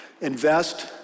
Invest